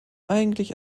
eigentlich